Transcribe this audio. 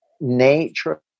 nature